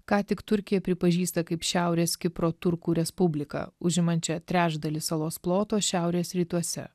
ką tik turkija pripažįsta kaip šiaurės kipro turkų respubliką užimančią trečdalį salos ploto šiaurės rytuose